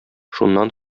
шуннан